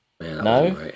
No